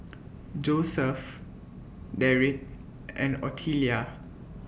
Joeseph Derick and Otelia